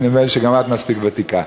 ונדמה לי שגם את מספיק ותיקה.